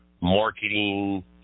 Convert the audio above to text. marketing